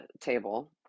table